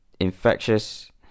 infectious